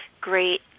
great